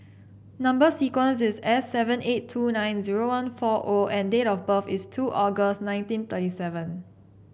number sequence is S seven eight two nine zero one four O and date of birth is two August nineteen thirty seven